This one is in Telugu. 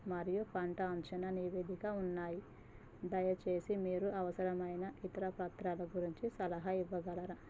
మరియు పంట అంచనా నివేదిక ఉన్నాయి దయచేసి మీరు అవసరమైన ఇతర పత్రాల గురించి సలహా ఇవ్వగలరా